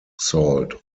salt